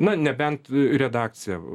na nebent redakcija